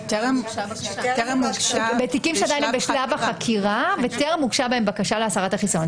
בתיקים שבשלב החקירה וטרם הוגשה בהם בקשה להסרת החיסיון.